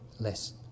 less